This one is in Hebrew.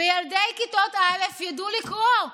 וילדי כיתות א' ידעו לקרוא,